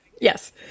Yes